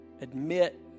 admit